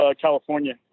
California